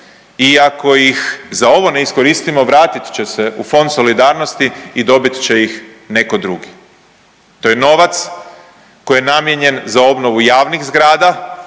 ako ih za ovo ne iskoristimo vratit će se u Fond solidarnosti i dobit će ih neko drugi. To je novac koji je namijenjen za obnovu javnih zgrada